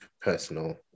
personal